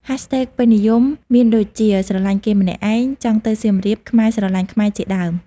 Hashtags ពេញនិយមមានដូចជា # ស្រឡាញ់គេម្នាក់ឯង #ចង់ទៅសៀមរាប #ខ្មែរស្រឡាញ់ខ្មែរ ជាដើម។